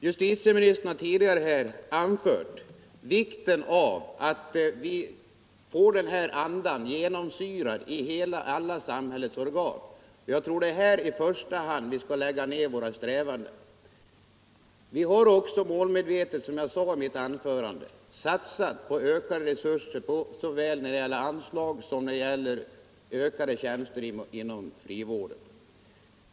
Justitieministern har tidigare poängterat vikten av att den rätta andan genomsyrar alla samhällsorgan. Jag tror att det i första hand är här vi skall lägga ner våra strävanden. Vi har också, som jag sade i mitt anförande, målmedvetet satsat på ökade resurser i fråga om såväl anslag som ett ökat antal tjänster inom frivården.